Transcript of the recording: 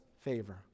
favor